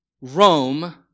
Rome